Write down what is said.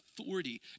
authority